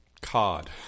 cod